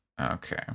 Okay